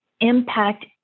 impact